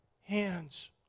hands